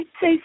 say